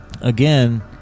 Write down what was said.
again